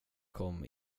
kom